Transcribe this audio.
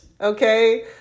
Okay